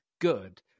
good